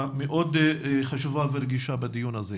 ומשפיעות על כל המרקם המשפחתי ועל המצב הרגשי והנפשי שלהם לכל החיים.